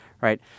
right